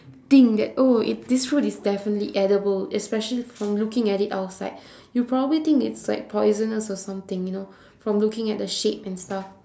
think that oh it this fruit is definitely edible especially from looking at it outside you probably think it's like poisonous or something you know from looking at the shape and stuff